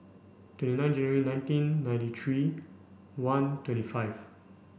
twenty nine January nineteen ninety three one twenty five